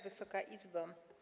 Wysoka Izbo!